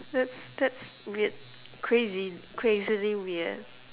that's that's weird crazy crazily weird